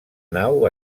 nau